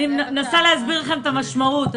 אני מנסה להסביר לכם את המשמעות.